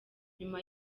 nyuma